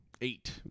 eight